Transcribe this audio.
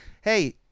Hey